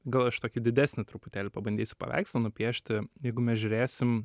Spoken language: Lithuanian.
gal aš tokį didesnį truputėlį pabandysiu paveikslą nupiešti jeigu mes žiūrėsim